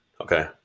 Okay